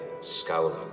scowling